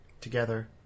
together